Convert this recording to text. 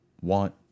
want